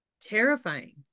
terrifying